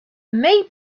may